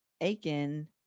aiken